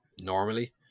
normally